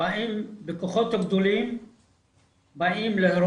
באים בכוחות גדולים להרוס,